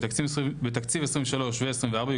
בתקציב 2023 ו-2024,